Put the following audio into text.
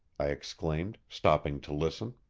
i exclaimed, stopping to listen.